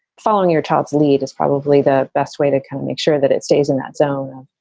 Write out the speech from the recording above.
following your child's lead is probably the best way to kind of make sure that it stays in that zone.